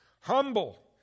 humble